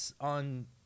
on